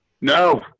No